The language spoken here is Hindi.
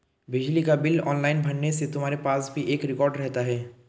बिजली का बिल ऑनलाइन भरने से तुम्हारे पास भी एक रिकॉर्ड रहता है